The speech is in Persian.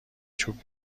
چوب